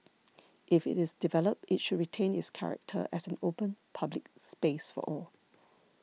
if it is developed it should retain its character as an open public space for all